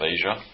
Asia